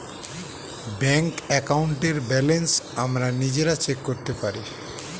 bank অ্যাকাউন্টের balance আমরা নিজেরা চেক করতে পারি